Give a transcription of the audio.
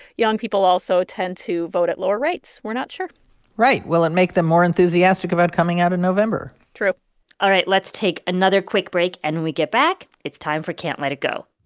young people also tend to vote at lower rates. we're not sure right. will it make them more enthusiastic about coming out in november? true all right. let's take another quick break. and when we get back, it's time for can't let it go